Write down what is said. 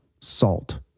salt